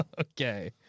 Okay